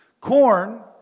Corn